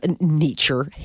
nature